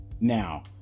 Now